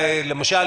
למשל,